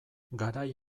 garai